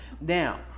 Now